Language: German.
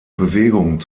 bewegung